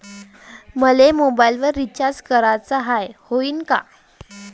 मले mobile recharge कराचा हाय, होईनं का?